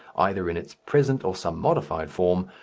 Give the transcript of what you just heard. either in its present or some modified form,